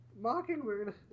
Mockingbird